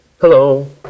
Hello